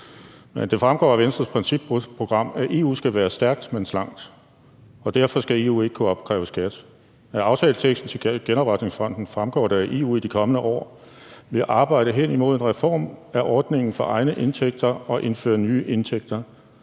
Men det fremgår af Venstres principprogram, at EU skal være stærkt, men slankt, og derfor skal EU ikke kunne opkræve skat. Af aftaleteksten til genopretningsfonden fremgår det, at EU i de kommende år vil arbejde hen imod en reform af ordningen for egne indtægter og indføre nye egne indtægter,